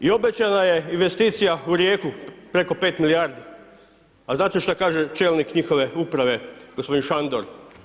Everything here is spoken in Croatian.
I obećana je investicija u Rijeku preko 5 milijardi, a znate što kaže čelnik njihove Uprave, gospodin Šandor?